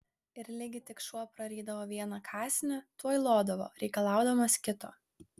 ir ligi tik šuo prarydavo vieną kąsnį tuoj lodavo reikalaudamas kito